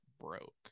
broke